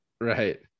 Right